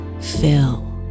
fill